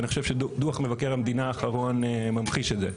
אני חושב שדו"ח מבקר המדינה האחרון ממחיש את זה.